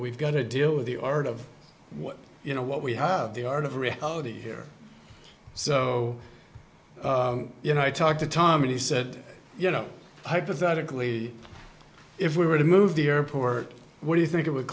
we've got to deal with the art of what you know what we have the art of reality here so you know i talked to tom and he said you know hypothetically if we were to move the airport what do you think it would